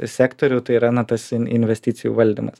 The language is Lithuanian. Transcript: sektorių tai yra na tas investicijų valdymas